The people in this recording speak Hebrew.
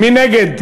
מי נגד?